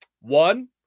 One